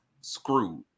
screwed